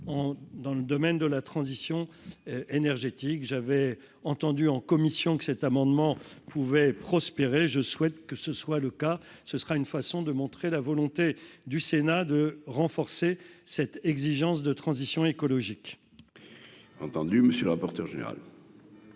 dans le domaine de la transition énergétique, j'avais entendu en commission que cet amendement pouvait prospérer, je souhaite que ce soit le cas, ce sera une façon de montrer la volonté du Sénat de renforcer cette exigence de transition écologique. Entendu, monsieur le rapporteur général.